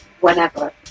whenever